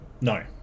No